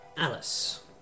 Alice